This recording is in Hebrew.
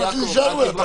זה מה שנשאר לי,